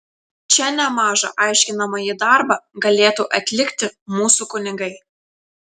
čia nemažą aiškinamąjį darbą galėtų atlikti mūsų kunigai